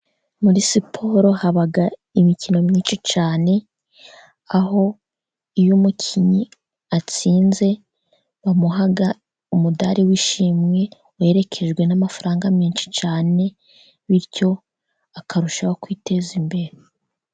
Muri siporo haba imikino myinshi cyane. Aho iyo umukinnyi atsinze bamuha umudari w'ishimwe uherekejwe n'amafaranga menshi cyane, bityo akarushaho kwiteza imbere.